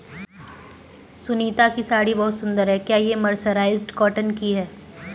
सुनीता की साड़ी बहुत सुंदर है, क्या ये मर्सराइज्ड कॉटन की है?